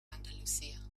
andalusia